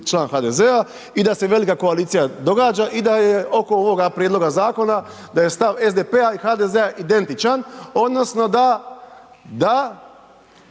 član HDZ-a i da se velika koalicija događa i da je oko ovoga prijedloga zakona, da je stav SDP-a i HDZ-a identičan odnosno da,